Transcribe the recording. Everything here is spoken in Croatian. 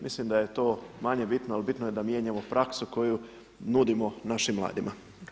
Mislim da je to manje bitno, ali bitno je da mijenjamo praksu koju nudimo našim mladima.